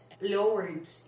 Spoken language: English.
lowered